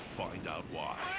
find out why.